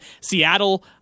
Seattle